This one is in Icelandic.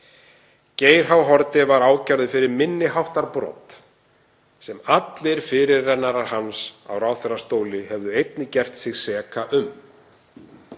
Geir H. Haarde var ákærður fyrir minni háttar brot sem allir fyrirrennarar hans á ráðherrastóli höfðu einnig gert sig seka um.